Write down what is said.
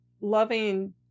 loving